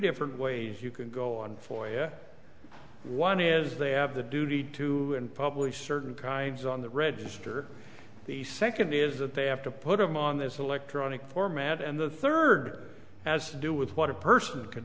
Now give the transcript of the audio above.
different ways you can go on for one is they have the duty to publish certain kinds on the register the second is that they have to put them on this electronic format and the third as do with what a person can